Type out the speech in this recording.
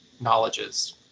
knowledges